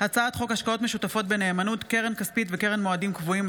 הצעת חוק השקעות משותפות בנאמנות (קרן כספית וקרן מועדים קבועים),